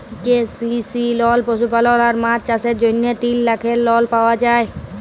KCC লল পশুপালল আর মাছ চাষের জ্যনহে তিল লাখের লল পাউয়া যায়